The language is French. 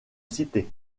cité